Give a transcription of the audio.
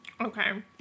Okay